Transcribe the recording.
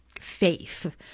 faith